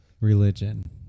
religion